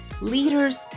leaders